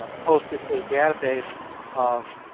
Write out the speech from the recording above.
ah posted a database of